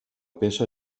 peça